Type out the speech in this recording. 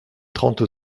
trente